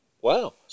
Wow